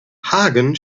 hagen